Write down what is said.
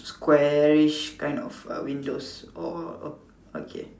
squarish kind of uh windows oh okay